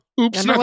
Oops